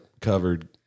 covered